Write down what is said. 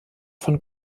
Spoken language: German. von